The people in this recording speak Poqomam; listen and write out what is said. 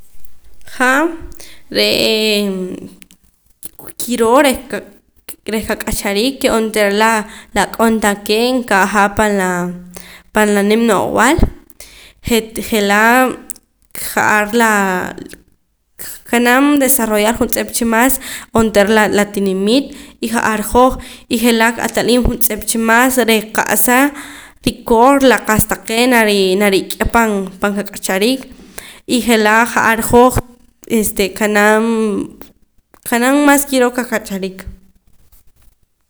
Han re'ee kiroo reh qa qak'achariik ke onteera la ak'on taqee' nkaja pan la pan la nim no'oojb'al jet je'laa' ja'ar laa kanam desarrollar juntz'ep cha mas onteera la la tinimit y ja'ar hoj y je'laa' qat'aliim cha mas reh qa'sa rikoor la qa'sa taqee' nari nariik'a pan pan qak'achariik y je'laa' ja'ar hoj este kanam kanam mas kiroo kak'achariik